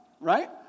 Right